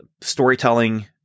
storytelling